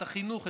את החינוך,